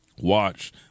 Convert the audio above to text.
watch